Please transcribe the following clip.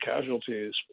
casualties